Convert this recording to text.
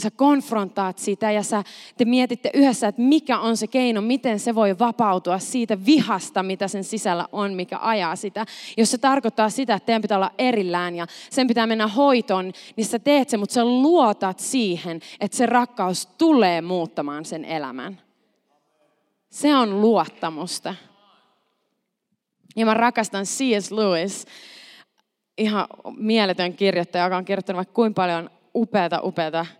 sä konfrontaat sitä ja sä- te mietitte yhdessä, että mikä on se keino, miten se voi vapautua siitä vihasta, mitä sen sisällä on, mikä ajaa sitä. Jos se tarkoittaa sitä, että teidän pitää olla erillään ja sen pitää mennä hoitoon, niin sä teet sen, mut sä luotat siihen, että se rakkaus tulee muuttamaan sen elämän. Se on luottamusta. Ja mä rakastan C.S. Lewis, ihan mieletön kirjoittaja, joka on kirjoittanut vaikka kuinka paljon upeata- upeata